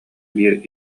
биир